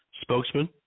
spokesman